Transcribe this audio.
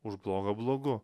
už blogą blogu